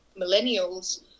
millennials